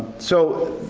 so,